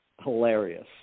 hilarious